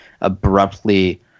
abruptly